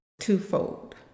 twofold